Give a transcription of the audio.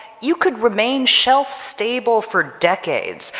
you could remain shelf-stable for decades,